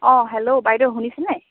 অঁ হেল্ল' বাইদেউ শুনিছেনে